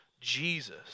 Jesus